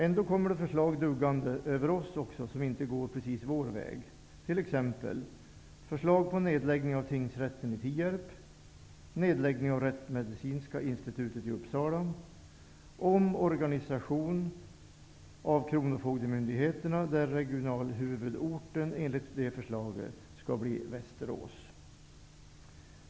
Ändå kommer förslag duggande över oss som inte precis går vår väg. Man föreslår sålunda nedläggning av tingsrätten i Tierp och Rättsmedicinska institutet i Uppsala samt omorganisation av kronofogdemyndigheterna, där regional huvudort enligt förslaget skall bli Västerås.